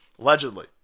allegedly